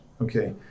Okay